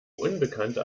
unbekannte